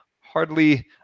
Hardly